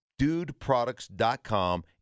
DudeProducts.com